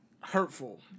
hurtful